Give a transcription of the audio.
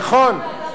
נכון, לא.